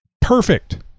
Perfect